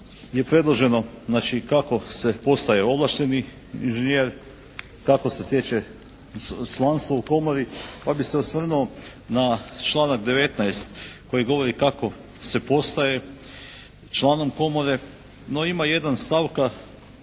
je predloženo znači kako se postaje ovlašteni inženjer, kako se stječe članstvo u komori, pa bih se osvrnuo na članak 19. koji govori kako se postaje članom komore, no ima jedna stavka,